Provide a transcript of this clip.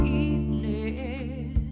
evening